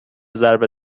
ضرب